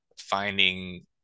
finding